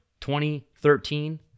2013